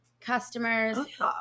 customers